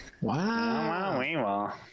Wow